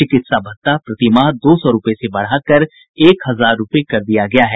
चिकित्सा भत्ता प्रति माह दौ सौ रूपये से बढ़ाकर एक हजार रूपये कर दिया गया है